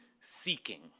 seeking